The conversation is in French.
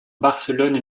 barcelone